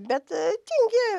bet tingi